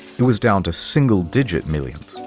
it was down to single digit millions.